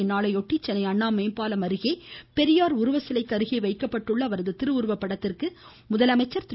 இந்நாளை ஒட்டி சென்னை அண்ணா மேம்பாலம் அருகில் பெரியார் உருவ சிலைக்கு அருகே உள்ள அவரது திருவுருவ படத்திற்கு முதலமைச்சர் திரு